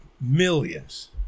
Millions